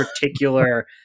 particular